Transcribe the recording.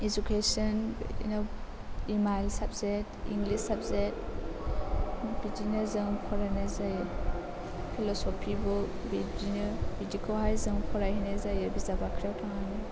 education बिदिनो M I L subject English subject बिदिनो जों फरायनाय जायो फिल'सफि बुक बिदिखौहाय जों फरायहैनाय जायो बिजाब बाख्रियाव थांनानै